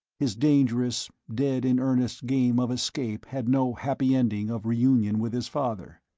his dangerous, dead-in-earnest game of escape had no happy ending of reunion with his father.